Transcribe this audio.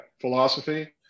philosophy